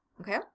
okay